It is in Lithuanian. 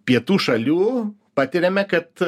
pietų šalių patiriame kad